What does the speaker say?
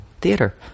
theater